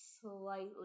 slightly